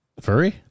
Furry